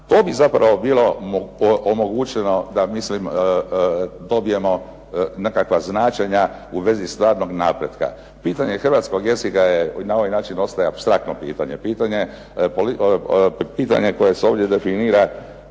To bi zapravo bilo omogućeno da mislim dobijemo nekakva značenja u vezi stvarnog napretka. Pitanje hrvatskog jezika na ovaj način ostaje apstraktno pitanje, pitanje koje se ovdje definira